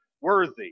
worthy